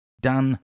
Done